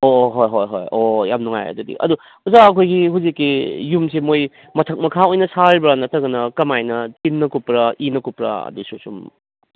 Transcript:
ꯑꯣ ꯍꯣꯏ ꯍꯣꯏ ꯍꯣꯏ ꯑꯣ ꯌꯥꯝ ꯅꯨꯡꯉꯥꯏꯔꯦ ꯑꯗꯨꯗꯤ ꯑꯗꯨ ꯑꯣꯖꯥ ꯑꯩꯈꯣꯏꯒꯤ ꯍꯨꯖꯤꯛꯀꯤ ꯌꯨꯝꯁꯤ ꯃꯣꯏ ꯃꯊꯛ ꯃꯈꯥ ꯑꯣꯏꯅ ꯁꯥꯔꯤꯕ꯭ꯔꯥ ꯅꯠꯇ꯭ꯔꯒꯅ ꯀꯃꯥꯏꯅ ꯇꯤꯟꯅ ꯀꯨꯞꯄ꯭ꯔꯥ ꯏꯅ ꯀꯨꯞꯄ꯭ꯔꯥ ꯑꯗꯨꯁꯨ ꯁꯨꯝ